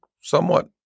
somewhat